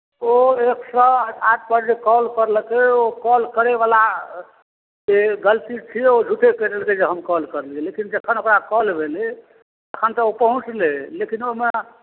ओ एक सए आठपर जे कॉल करलकै ओ कॉल करयवला से गलती छियै ओ झूठे कहि देलकै जे हम कॉल करलियै लेकिन जखन ओकरा कॉल भेलै तखन तऽ ओ पहुँचलै लेकिन ओहिमे